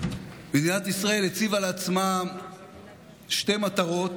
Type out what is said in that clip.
מדינת ישראל הציבה לעצמה שתי מטרות